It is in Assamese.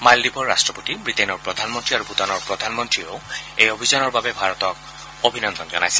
মালদ্বীপৰ ৰাট্টপতি বিটেইনৰ প্ৰধানমন্ত্ৰী আৰু ভূটানৰ প্ৰধানমন্ত্ৰীয়েও এই অভিযানৰ বাবে ভাৰতক অভিনন্দন জনাইছে